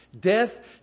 death